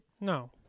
no